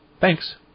Thanks